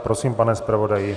Prosím, pane zpravodaji.